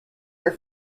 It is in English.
are